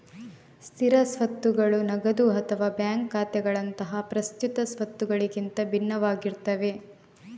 ಸ್ಥಿರ ಸ್ವತ್ತುಗಳು ನಗದು ಅಥವಾ ಬ್ಯಾಂಕ್ ಖಾತೆಗಳಂತಹ ಪ್ರಸ್ತುತ ಸ್ವತ್ತುಗಳಿಗಿಂತ ಭಿನ್ನವಾಗಿರ್ತವೆ